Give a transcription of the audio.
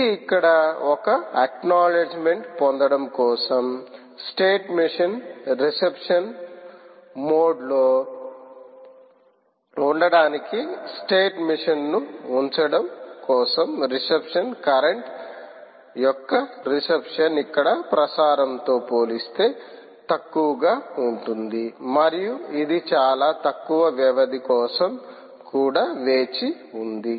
ఇది ఇక్కడ ఒక అక్నాలెడ్జిమెంట్ పొందడం కోసం స్టేట్ మెషీన్ను రిసెప్షన్ మోడ్లో ఉంచడానికి స్టేట్ మెషీన్ ను ఉంచడం కోసం రిసెప్షన్ కరెంట్ యొక్క రిసెప్షన్ ఇక్కడ ప్రసారంతో పోలిస్తే తక్కువగా ఉంటుంది మరియు ఇది చాలా తక్కువ వ్యవధి కోసం కూడా వేచి ఉంది